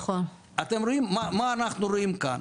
אתם רואים מה אנחנו רואים כאן?